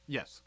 Yes